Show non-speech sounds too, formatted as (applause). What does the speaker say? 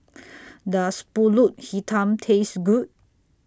(noise) Does Pulut Hitam Taste Good